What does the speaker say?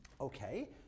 Okay